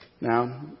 Now